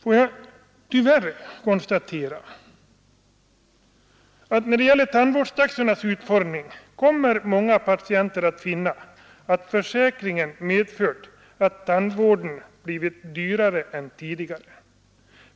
Får jag — tyvärr — konstatera att när det gäller tandvårdstaxornas utformning kommer många patienter att finna, att försäkringen medfört att tandvården blivit dyrare än tidigare.